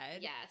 Yes